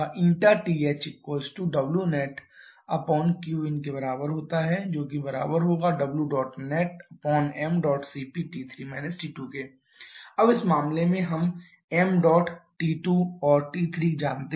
thẆnetQinẆnetṁcp अब इस मामले में हम mdot T2 और T3 जानते हैं